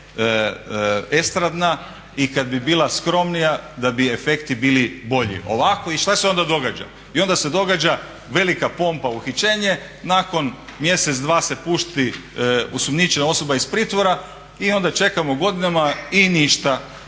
i kad bi bila skromnija da bi efekti bili bolji. I šta se onda događa, i onda se događa velika pompa uhićenje, nakon mjesec-dva se pusti osumnjičena osoba iz pritvora i onda čekamo godinama i ništa